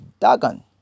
Dagon